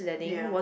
ya